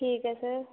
ਠੀਕ ਹੈ ਸਰ